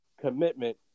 commitment